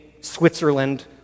Switzerland